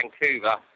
Vancouver